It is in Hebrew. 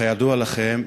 וכידוע לכם,